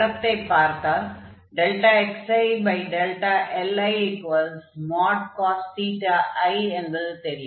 படத்தைப் பார்த்தால் xili|cos i | என்பது தெரியும்